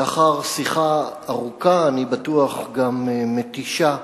לאחר שיחה ארוכה, אני בטוח גם מתישה,